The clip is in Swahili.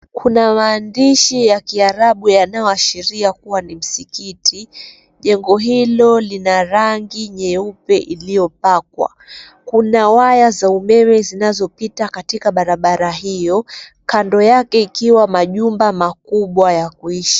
Kuna maandishi ya kiarabu yanayoashiria kuwa ni msikiti, jengo hilo lina rangi nyeupe iliyopakwa. Kuna waya za umeme zinazopita katika barabara hiyo, kando yake ikiwa majumba makubwa ya kuishi.